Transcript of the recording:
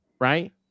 right